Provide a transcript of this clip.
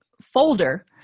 folder